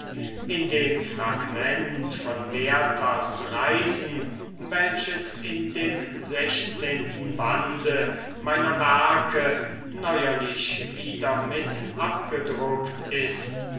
in dem fragment von werthers reisen welches in dem xvi bande meiner werke neuerlich wieder mit abgedruckt ist